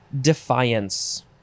Defiance